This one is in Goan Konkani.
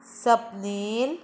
स्वप्नील